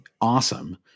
awesome